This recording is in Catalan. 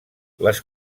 les